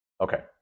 Okay